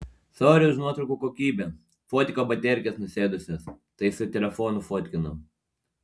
sory už nuotraukų kokybę fotiko baterkės nusėdusios tai su telefu fotkinau